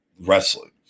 Wrestling